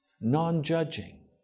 non-judging